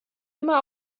immer